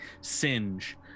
singe